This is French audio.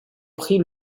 pris